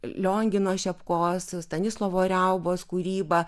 liongino šepkos stanislovo raubos kūryba